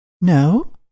No